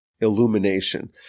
illumination